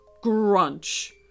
Grunch